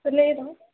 లేదా